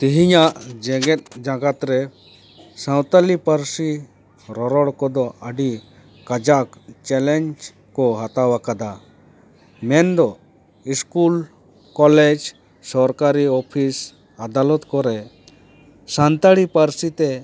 ᱛᱮᱦᱮᱧᱟᱜ ᱡᱮᱜᱮᱫ ᱡᱟᱠᱟᱛ ᱨᱮ ᱥᱟᱶᱛᱟᱞᱤ ᱯᱟᱹᱨᱥᱤ ᱨᱚᱨᱚᱲ ᱠᱚᱫᱚ ᱟᱹᱰᱤ ᱠᱟᱡᱟᱠ ᱪᱮᱞᱮᱧᱡᱽ ᱠᱚ ᱦᱟᱛᱟᱣ ᱟᱠᱟᱫᱟ ᱢᱮᱱᱫᱚ ᱥᱠᱩᱞ ᱠᱚᱞᱮᱡᱽ ᱥᱚᱨᱠᱟᱨᱤ ᱚᱯᱷᱤᱥ ᱟᱫᱟᱞᱚᱛ ᱠᱚᱨᱮ ᱥᱟᱱᱛᱟᱲᱤ ᱯᱟᱹᱨᱥᱤ ᱛᱮ